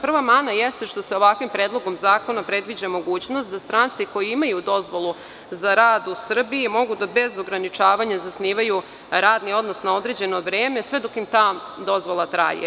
Prva mana jeste što se ovakvim predlogom zakona predviđa mogućnost da stranci koji imaju dozvolu za rad u Srbiji mogu da bez ograničavanja zasnivaju radni odnos na određeno vreme sve dok im ta dozvola traje.